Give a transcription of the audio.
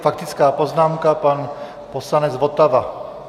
Faktická poznámka, pan poslanec Votava.